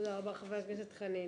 תודה רבה חבר הכנסת חנין.